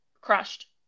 crushed